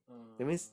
uh